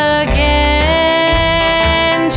again